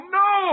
no